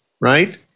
right